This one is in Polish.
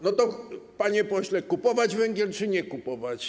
No to, panie pośle, kupować węgiel czy nie kupować?